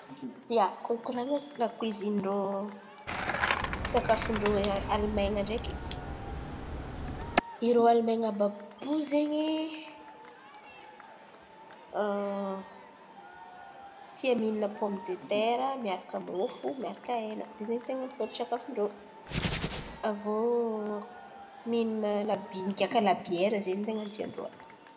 Ia, hikoran̈a lakoziin-drô, sakafo ndrô Alimen̈a ndreky, irô Aliman̈y àby àb'io zen̈y tia mihin̈a pômy detera miaraka môfô, miaraka hen̈a, zen̈y tena foto-tsafon-drô. Avô mihin̈a labin, migiaka labiera zen̈y ten̈a tian-drô an̈y.